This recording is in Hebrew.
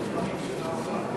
חנין זועבי על